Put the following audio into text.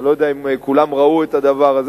אני לא יודע אם כולם ראו את הדבר הזה.